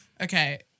Okay